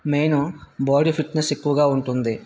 main body fitness ఎక్కువగా ఉంటుంది